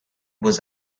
was